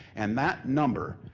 and that number,